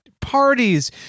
parties